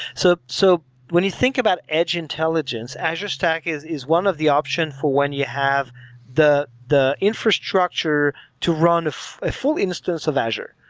so so when you think about edge intelligence, azure stack is is one of the option for when you have the the infrastructure to run a full instance of azure.